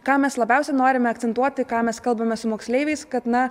ką mes labiausiai norime akcentuoti ką mes kalbame su moksleiviais kad na